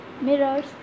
mirrors